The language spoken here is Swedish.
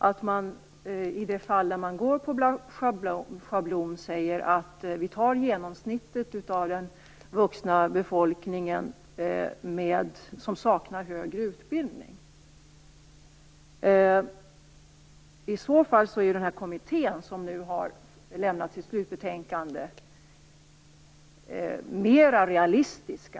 I vissa fall har man gått efter en schablon, och tagit genomsnittet av den vuxna befolkning som saknar högre utbildning. Den kommitté som nu har lämnat sitt slutbetänkande är mer realistiska.